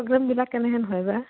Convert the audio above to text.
প্ৰগ্ৰেমবিলাক কেনেহেন হয় বা